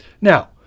Now